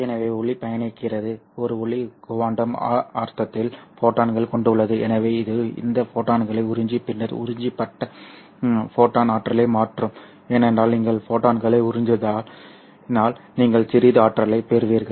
எனவே ஒளி பயணிக்கிறது ஒரு ஒளி குவாண்டம் அர்த்தத்தில் ஃபோட்டான்களைக் கொண்டுள்ளது எனவே இது இந்த ஃபோட்டான்களை உறிஞ்சி பின்னர் உறிஞ்சப்பட்ட ஃபோட்டான் ஆற்றலை மாற்றும் ஏனென்றால் நீங்கள் ஃபோட்டான்களை உறிஞ்சினால் நீங்கள் சிறிது ஆற்றலைப் பெறுகிறீர்கள்